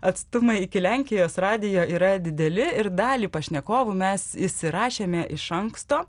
atstumai iki lenkijos radijo yra dideli ir dalį pašnekovų mes įsirašėme iš anksto